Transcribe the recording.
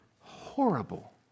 horrible